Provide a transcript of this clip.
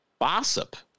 Bossip